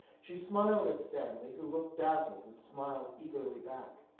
she smiled at stanley who looked dazzled and smiled eagerly back.